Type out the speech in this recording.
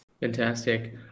Fantastic